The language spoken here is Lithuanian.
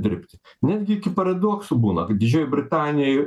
dirbti netgi iki paradoksų būna kad didžiojoj britanijoj